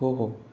हो हो